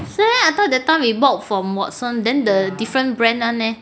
是 meh I thought that time we bought from watsons then the different brand [one] eh